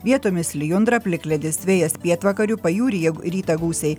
vietomis lijundra plikledis vėjas pietvakarių pajūryje rytą gūsiai